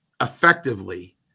effectively